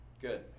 Good